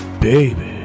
baby